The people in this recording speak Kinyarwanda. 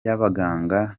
y’abaganga